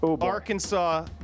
Arkansas